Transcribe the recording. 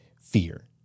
fear